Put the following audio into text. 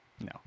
No